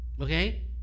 Okay